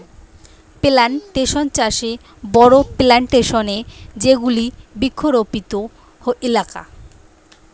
plantation চাষে বড়ো plantation এ যেগুলি বৃক্ষরোপিত এলাকা